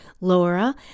Laura